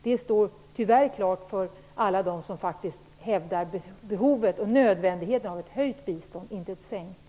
Det står tyvärr klart för alla dem som faktiskt hävdar behovet och nödvändigheten av ett höjt bistånd, inte ett sänkt.